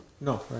No